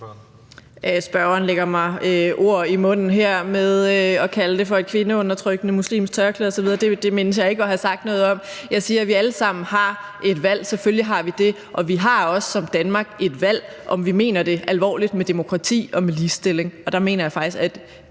Spørgeren lægger mig ord i munden her ved at kalde det for et kvindeundertrykkende muslimsk tørklæde osv. Det mindes jeg ikke at have sagt noget om. Jeg siger, at vi alle sammen har et valg; selvfølgelig har vi det. Og vi har også som Danmark et valg, i forhold til om vi mener det alvorligt med demokrati og med ligestilling. Og der mener jeg faktisk, at